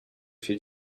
się